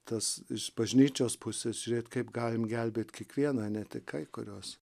tas iš bažnyčios pusės žiūrėt kaip galim gelbėt kiekvieną ne tik kai kuriuos